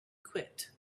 quit